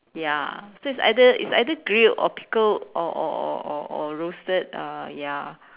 ya so it's either it's either grilled or pickled or or or or or roasted uh ya